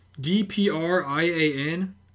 D-P-R-I-A-N